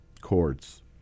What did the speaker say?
chords